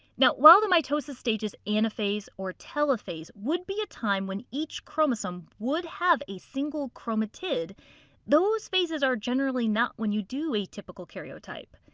now while the mitosis stages anaphase or telophase would be a time when each chromosome would have a single chromatid those phases are generally not when you do a typical karyotype.